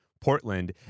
Portland